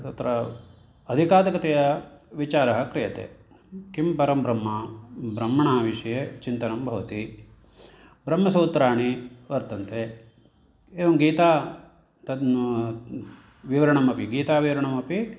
तत्र अधिकाधिकतया विचारः क्रियते किं परं ब्रह्मा ब्रह्मणः विषये चिन्तनं भवति ब्रह्मसूत्राणि वर्तन्ते एवं गीता तद् विवरणमपि गीताविवरणमपि